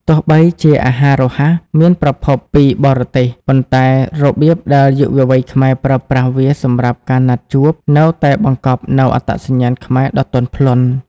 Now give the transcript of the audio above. ទោះបីជាអាហាររហ័សមានប្រភពពីបរទេស ប៉ុន្តែរបៀបដែលយុវវ័យខ្មែរប្រើប្រាស់វាសម្រាប់ការណាត់ជួប នៅតែបង្កប់នូវអត្តសញ្ញាណខ្មែរដ៏ទន់ភ្លន់។